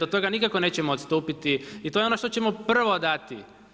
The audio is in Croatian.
Od toga nikako nećemo odstupiti i to je ono što ćemo prvo dati.